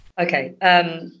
Okay